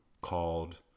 called